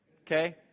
Okay